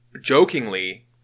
jokingly